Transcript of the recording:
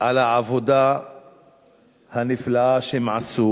על העבודה הנפלאה שהם עשו